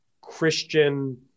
Christian